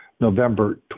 November